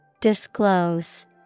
Disclose